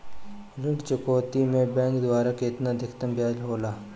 ऋण चुकौती में बैंक द्वारा केतना अधीक्तम ब्याज होला?